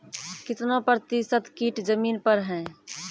कितना प्रतिसत कीट जमीन पर हैं?